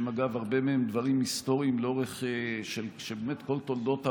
שאגב הרבה מהם דברים היסטוריים לאורך של באמת כל תולדות עמנו,